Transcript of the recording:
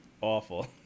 awful